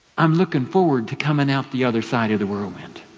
i'm looking forward to coming out the other side of the whirlwind.